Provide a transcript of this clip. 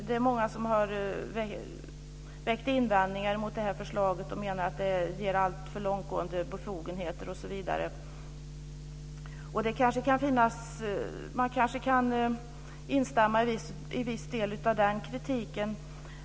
Det är många som har haft invändningar mot det här förslaget och menar att det ger alltför långtgående befogenheter osv. Man kanske kan instämma i en viss del av den kritiken.